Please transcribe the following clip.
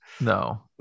No